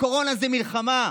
הקורונה זו מלחמה.